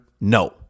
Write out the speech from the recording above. No